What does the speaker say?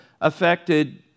affected